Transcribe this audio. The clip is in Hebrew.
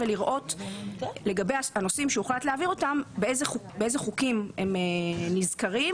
לראות לגבי הנושאים שהוחלט להעביר אותם באיזה חוקים הם נזכרים,